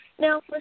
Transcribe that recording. Now